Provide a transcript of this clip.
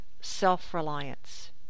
self-reliance